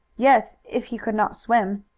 yes, if he could not swim.